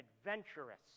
adventurous